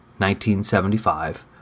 1975